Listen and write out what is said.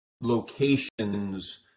locations